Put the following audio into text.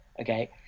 Okay